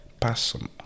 person